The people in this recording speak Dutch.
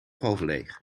halfleeg